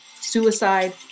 suicide